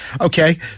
Okay